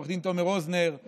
לעו"ד תומר רוזנר,